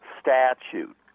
statute